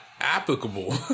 applicable